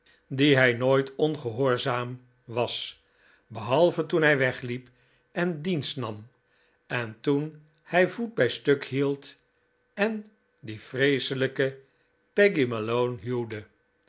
die hij nooit ongehoorzaam was behalve toen hij wegliep en dienst nam en toen hij voet bij stuk hield en die vreeselijke peggy